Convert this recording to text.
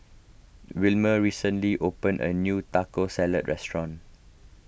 Wilmer recently opened a new Taco Salad restaurant